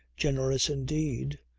generous indeed,